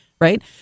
right